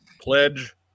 pledge